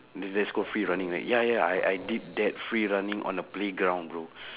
t~ that's called free running right ya ya I I did that free running on a playground bro